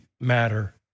matter